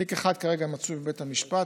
תיק אחד מצוי כרגע בבית המשפט,